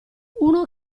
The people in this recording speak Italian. uno